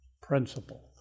principle